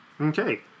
Okay